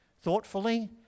thoughtfully